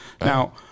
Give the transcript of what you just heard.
Now